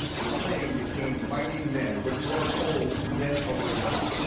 the same became mighty men which were of old men of renown.